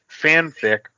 fanfic